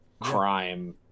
crime